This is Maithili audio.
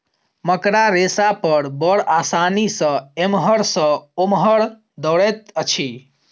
मकड़ा रेशा पर बड़ आसानी सॅ एमहर सॅ ओमहर दौड़ैत अछि